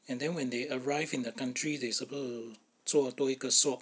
and then when they arrive in the country the supposed to 做多一个 swab